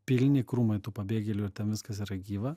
pilni krūmai tų pabėgėlių ir ten viskas yra gyva